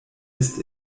ist